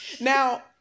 Now